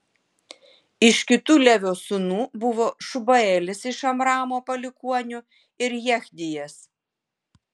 iš kitų levio sūnų buvo šubaelis iš amramo palikuonių ir jechdijas